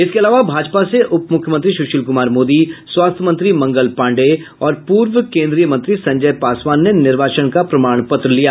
इसके अलावा भाजपा से उपमुख्यमंत्री सुशील कुमार मोदी स्वास्थ्य मंत्री मंगल पांडेय और पूर्व केन्द्रीय मंत्री संजय पासवान ने निर्वाचन का प्रमाण पत्र लिया